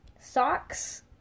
socks